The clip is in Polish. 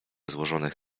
złożonych